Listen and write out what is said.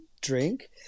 drink